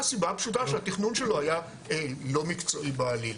מהסיבה הפשוטה שהתכנון שלו היה לא מקצועי בעליל.